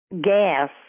gas